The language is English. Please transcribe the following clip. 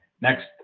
Next